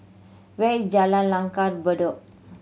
where is Jalan Langgar Bedok